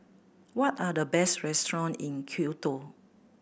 what are the best restaurants in Quito